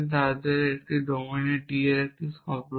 তাহলে এটি domain D এর একটি সম্পর্ক